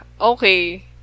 okay